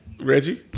Reggie